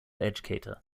educator